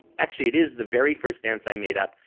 actually it is the very first dance i made up.